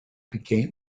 became